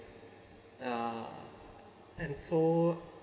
ya and so